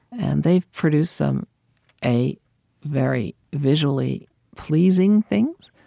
and they've produced some a very visually pleasing things,